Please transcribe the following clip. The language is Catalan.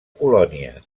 colònia